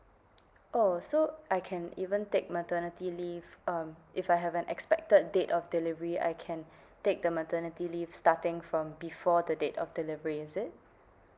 oh so I can even take maternity leave um if I have an expected date of delivery I can take the maternity leave starting from before the date of delivery is it